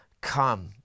come